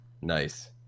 Nice